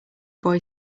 boy